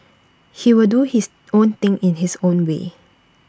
he will do his own thing in his own way